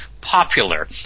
popular